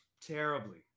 terribly